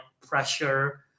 pressure